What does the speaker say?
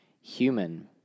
human